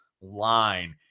line